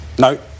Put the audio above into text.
No